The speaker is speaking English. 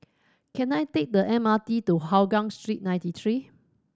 can I take the M R T to Hougang Street Ninety Three